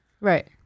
Right